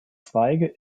zweige